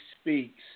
speaks